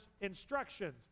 instructions